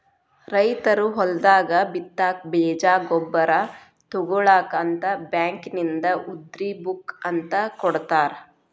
ರೈತರು ಹೊಲದಾಗ ಬಿತ್ತಾಕ ಬೇಜ ಗೊಬ್ಬರ ತುಗೋಳಾಕ ಅಂತ ಬ್ಯಾಂಕಿನಿಂದ ಉದ್ರಿ ಬುಕ್ ಅಂತ ಕೊಡತಾರ